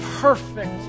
perfect